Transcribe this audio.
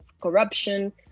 corruption